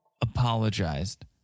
apologized